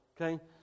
Okay